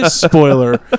spoiler